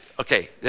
okay